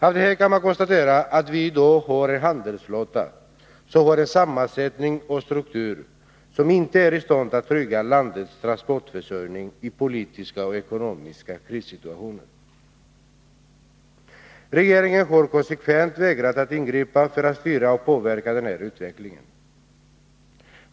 Av det här kan man konstatera att vi i dag har en handelsflotta som har en sammansättning och struktur som inte är i stånd att trygga landets transportförsörjning i politiska och ekonomiska krissituationer. Regeringen har konsekvent vägrat att ingripa för att styra och påverka den här utvecklingen.